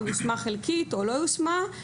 יושמה חלקית או לא יושמה.